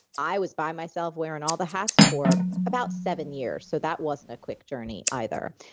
i was by myself wearing all the hats for about seven years, so that wasn't a quick journey either.